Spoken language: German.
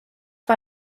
war